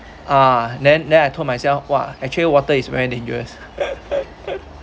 ah then then I told myself !wah! actually water is very dangerous